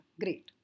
Great